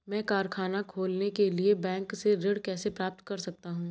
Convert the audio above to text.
मैं कारखाना खोलने के लिए बैंक से ऋण कैसे प्राप्त कर सकता हूँ?